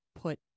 put